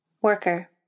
worker